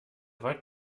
watt